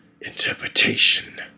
interpretation